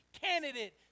candidate